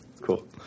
Cool